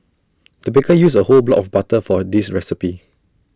the baker used A whole block of butter for this recipe